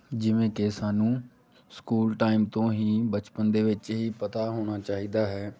ਜਿਵੇਂ ਕਿ ਸਾਨੂੰ ਸਕੂਲ ਟਾਈਮ ਤੋਂ ਹੀ ਬਚਪਨ ਦੇ ਵਿੱਚ ਹੀ ਪਤਾ ਹੋਣਾ ਚਾਹੀਦਾ ਹੈ